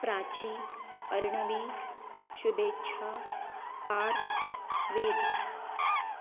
प्राची अरणवी शुभेच्छा पार्थ वेद